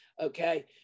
Okay